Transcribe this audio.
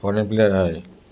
foreign player आसा